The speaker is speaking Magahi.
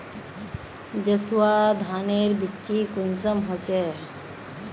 जसवा धानेर बिच्ची कुंसम होचए?